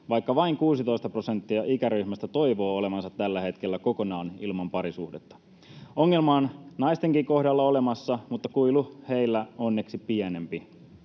vaikka vain 16 prosenttia ikäryhmästä toivoo olevansa tällä hetkellä kokonaan ilman parisuhdetta. Ongelma on naistenkin kohdalla olemassa, mutta kuilu heillä on onneksi pienempi.